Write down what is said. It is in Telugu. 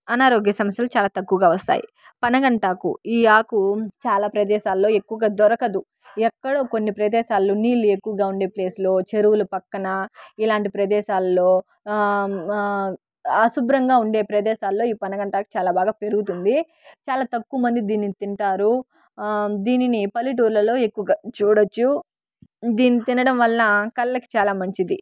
అనారోగ్య సమస్యలు చాలా తక్కువగా వస్తాయి పనగంటాకు ఈ ఆకు చాలా ప్రదేశాల్లో ఎక్కువ దొరకదు ఎక్కడో కొన్ని ప్రదేశాలు నీళ్లు ఎక్కువగా ఉండే ప్లేస్లో చెరువుల పక్కన ఇలాంటి ప్రదేశాల్లో ఆశుభ్రంగా ఉండే ప్రదేశాల్లో ఈ పొన్నగంటాకు చాలా బాగా పెరుగుతుంది చాలా తక్కువ మంది దీన్ని తింటారు దీనిని పల్లెటూర్లలో ఎక్కువగా చూడవచ్చు దీన్ని తినడం వల్ల కళ్ళకు చాలా మంచిది